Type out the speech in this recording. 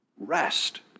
rest